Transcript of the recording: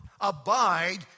abide